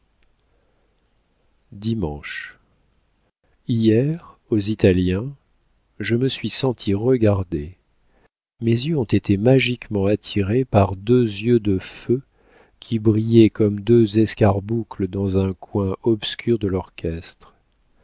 hier aux italiens je me suis sentie regardée mes yeux ont été magiquement attirés par deux yeux de feu qui brillaient comme deux escarboucles dans un coin obscur de l'orchestre